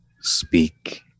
speak